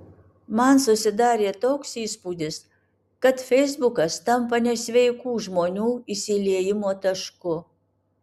man susidarė toks įspūdis kad feisbukas tampa nesveikų žmonių išsiliejimo tašku